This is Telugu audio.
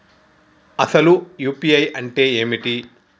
అసలు యూ.పీ.ఐ అంటే ఏమిటి?